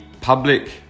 public